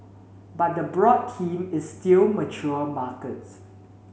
but the broad theme is still mature markets